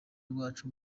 rwacu